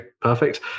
perfect